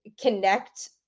connect